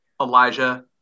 Elijah